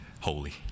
holy